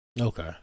Okay